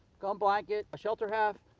gum blanket, a shelter half,